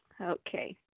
Okay